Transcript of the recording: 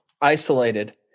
isolated